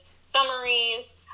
summaries